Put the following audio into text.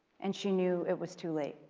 and she knew it was too late.